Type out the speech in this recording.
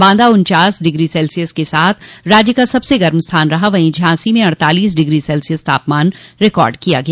बांदा उन्चास degree Celsius के साथ राज्य का सबसे गर्म स्थान रहा वहीं झांसी में अड़तालीस डिग्री सेल्सियस तापमान रिकार्ड किया गया